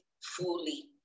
fully